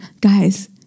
Guys